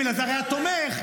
אם אלעזר היה תומך,